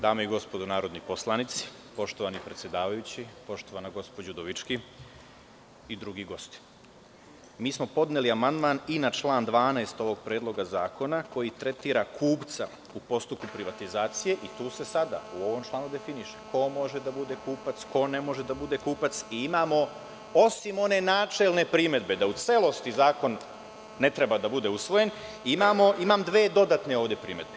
Dame i gospodo narodni poslanici, poštovani predsedavajući, poštovana gospođo Udovički i drugi gosti, mi smo podneli amandman i na član 12. ovog predloga zakona koji tretira kupca u postupku privatizacije i tu se sada u ovom članu definiše ko može da bude kupac, ko ne može da bude kupac i imamo osim one načelne primedbe da u celosti zakon ne treba da bude usvojen, imam dve dodatne primedbe.